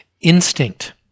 Instinct